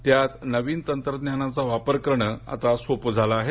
त्यात नवीन तंत्रज्ञानाचा वापर करणं आता सोपं झालं आहे